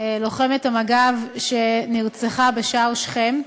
לוחמת מג"ב שנרצחה בשער שכם,